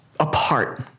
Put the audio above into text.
Apart